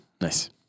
Nice